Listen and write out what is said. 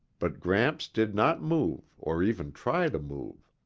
but gramps did not move or even try to move.